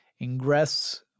Ingress